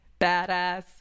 badass